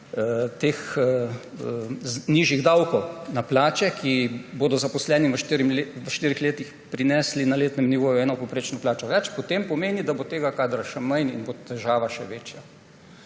teh nižjih davkov na plače, ki bodo zaposlenim v štirih letih prinesli na letnem nivoju eno povprečno plačo več, potem pomeni, da bo tega kadra še manj in bo težava še večja.